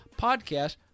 podcast